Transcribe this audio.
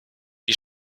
die